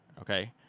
Okay